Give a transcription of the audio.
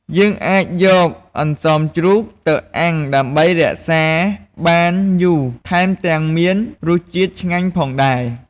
យើងអាចយកអន្សមជ្រូកទៅអាំងដើម្បីរក្សាទុកបានយូថែមទាំងមានរសជាតិឆ្ងាញ់ផងដែរ។